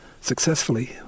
successfully